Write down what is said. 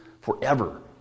forever